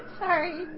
sorry